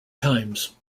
times